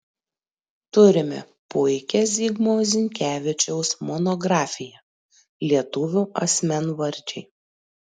turime puikią zigmo zinkevičiaus monografiją lietuvių asmenvardžiai